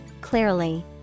clearly